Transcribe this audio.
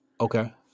Okay